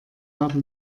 habe